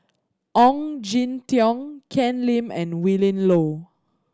Ong Jin Teong Ken Lim and Willin Low